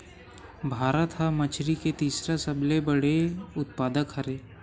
भारत हा मछरी के तीसरा सबले बड़े उत्पादक हरे